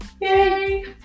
Yay